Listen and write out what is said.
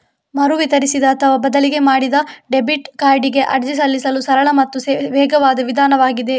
ಮರು ವಿತರಿಸಿದ ಅಥವಾ ಬದಲಿ ಮಾಡಿದ ಡೆಬಿಟ್ ಕಾರ್ಡಿಗೆ ಅರ್ಜಿ ಸಲ್ಲಿಸಲು ಸರಳ ಮತ್ತು ವೇಗವಾದ ವಿಧಾನವಾಗಿದೆ